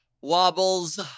Wobbles